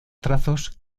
trazos